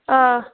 آ